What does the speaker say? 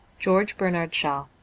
george bernard shaw